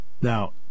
now